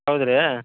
ಹೌದ್ರಿಯಾ